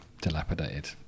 dilapidated